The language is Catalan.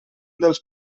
dels